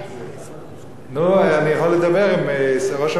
אני יכול לדבר עם ראש הממשלה שייתן לך אישור.